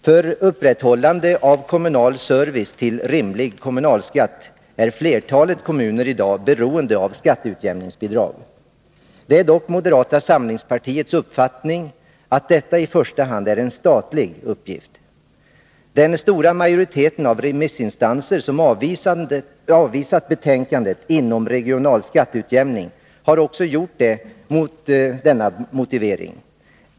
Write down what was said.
För upprätthållande av kommunal service till rimlig kommunalskatt är flertalet kommuner beroende av skatteutjämningsbidrag. Det är dock moderata samlingspartiets uppfattning att detta i första hand är en statlig uppgift. Den stora majoriteten av remissinstanser som avvisat betänkandet Inomregional skatteutjämning har också gjort det med denna motivering.